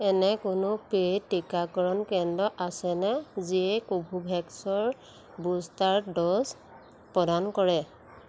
এনে কোনো পেইড টীকাকৰণ কেন্দ্ৰ আছেনে যিয়ে কোভোভেক্সৰ বুষ্টাৰ ড'জ প্ৰদান কৰে